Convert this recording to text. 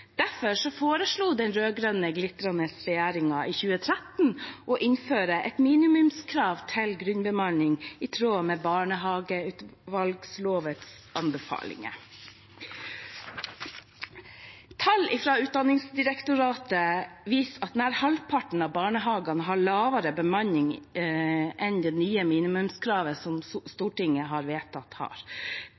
Derfor foreslo den rød-grønne, glitrende regjeringen i 2013 å innføre et minimumskrav til grunnbemanning, i tråd med Barnehagelovutvalgets anbefalinger. Tall fra Utdanningsdirektoratet viser at nær halvparten av barnehagene har lavere bemanning enn det nye minimumskravet som Stortinget har vedtatt.